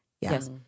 yes